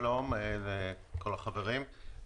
שלום לכל החברים,